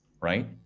right